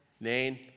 Nain